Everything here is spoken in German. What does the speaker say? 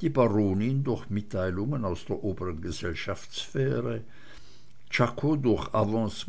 die baronin durch mitteilungen aus der oberen gesellschaftssphäre czako durch